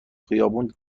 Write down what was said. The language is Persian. خیابون